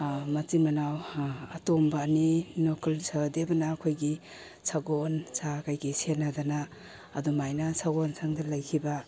ꯃꯆꯤꯟ ꯃꯅꯥꯎ ꯑꯇꯣꯝꯕ ꯑꯅꯤ ꯅꯣꯀꯨꯜ ꯁꯣꯍꯣꯗꯦꯕꯅ ꯑꯩꯈꯣꯏꯒꯤ ꯁꯒꯣꯟ ꯁꯥ ꯀꯔꯤ ꯀꯔꯤ ꯁꯦꯟꯅꯗꯅ ꯑꯗꯨꯃꯥꯏꯅ ꯁꯒꯣꯟ ꯁꯪꯗ ꯂꯩꯈꯤꯕ